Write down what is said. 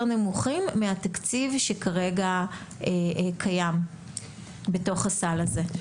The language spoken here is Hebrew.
נמוכים מהתקציב שכרגע קיים בתוך הסל הזה.